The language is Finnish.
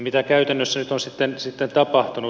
mitä käytännössä nyt on sitten tapahtunut